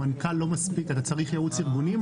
המנכ"ל לא מספיק, אתה צריך ייעוץ ארגוני?